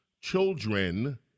children